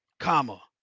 comma.